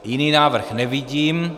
Jiný návrh nevidím.